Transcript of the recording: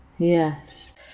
Yes